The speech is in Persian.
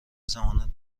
ضمانت